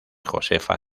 josefa